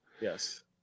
Yes